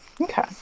Okay